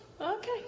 Okay